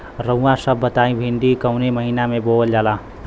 रउआ सभ बताई भिंडी कवने महीना में बोवल जाला?